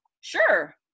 sure